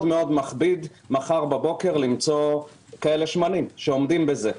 מכביד מחר בבוקר למצוא כאלה שמנים שעומדים בזה.